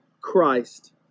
Christ